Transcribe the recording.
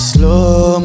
Slow